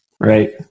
Right